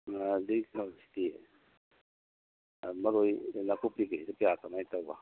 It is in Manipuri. ꯑꯗꯩ ꯀꯩꯅꯣꯁꯤꯗꯤ ꯃꯔꯣꯏ ꯅꯥꯀꯨꯞꯄꯤꯒꯁꯤꯗꯤ ꯀꯌꯥ ꯀꯃꯥꯏ ꯇꯧꯕ